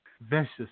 vicious